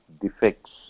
defects